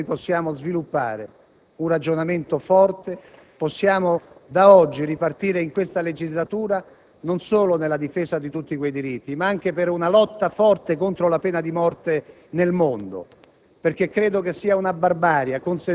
Allora, credo che su queste linee possiamo sviluppare un ragionamento forte; possiamo da oggi ripartire, in questa legislatura, non solo nella difesa di tutti quei diritti, ma anche in una lotta forte contro la pena di morte nel mondo.